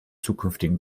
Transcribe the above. zukünftigen